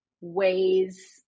ways